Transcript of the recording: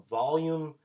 volume